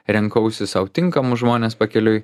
rinkausi sau tinkamus žmones pakeliui